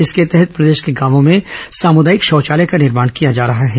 इसके तहत प्रदेश के गांवों में सामुदायिक शौचालय का निर्माण किया जा रहा है